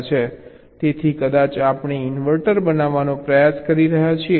તેથી કદાચ આપણે ઇન્વર્ટર બનાવવાનો પ્રયાસ કરી રહ્યા છીએ